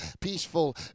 peaceful